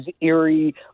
eerie